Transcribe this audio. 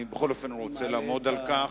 בכל אופן אני רוצה לעמוד על כך.